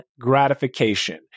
gratification